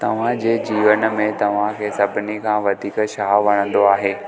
तव्हांजे जीवन में तव्हांखे सभिनी खां वधीक छा वणंदो आहे